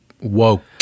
woke